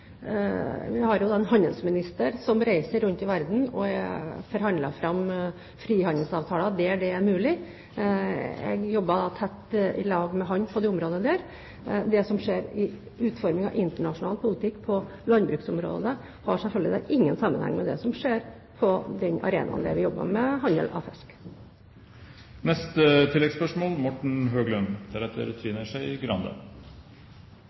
en handelsminister som reiser rundt i verden og forhandler fram frihandelsavtaler der det er mulig. Jeg jobber tett i lag med ham på det området. Det som skjer i utformingen av internasjonal politikk på landbruksområdet, har selvfølgelig ingen sammenheng med det som skjer på den arenaen der vi jobber med handel av fisk.